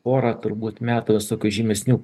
porą turbūt metų žymesnių